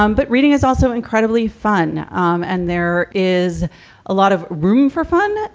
um but reading is also incredibly fun um and there is a lot of room for fun,